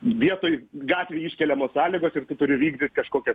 vietoj gatvių iškeliamos sąlygos ir tai turi vykdyt kažkokią